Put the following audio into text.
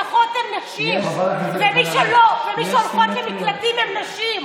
כי מי שנרצחות הן נשים ומי שהולכות למקלטים הן נשים.